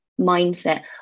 mindset